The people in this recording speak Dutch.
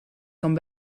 kan